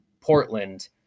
Portland